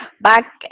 Back